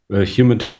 human